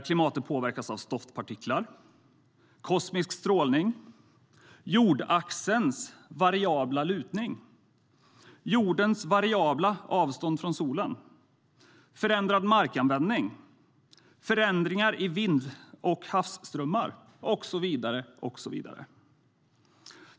Dels påverkas klimatet av stoftpartiklar, kosmisk strålning, jordaxelns variabla lutning, jordens variabla avstånd från solen, förändrad markanvändning, förändringar i vind och havsströmmar och så vidare.